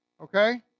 okay